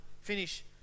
finish